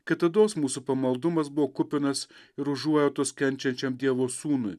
kitados mūsų pamaldumas buvo kupinas ir užuojautos kenčiančiam dievo sūnui